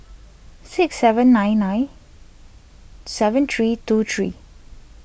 six seven nine nine seven three two three